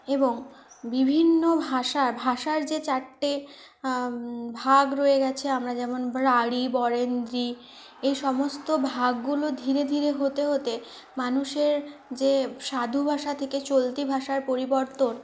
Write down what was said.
এবং বিভিন্ন ভাষা ভাষার যে চারটে ভাগ রয়ে গেছে আমরা যেমন রাঢ়ি বরেন্দ্রী এই সমস্ত ভাগগুলো ধীরে ধীরে হতে হতে মানুষের যে সাধুভাষা থেকে চলতি ভাষার পরিবর্তন